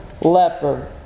leper